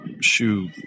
shoe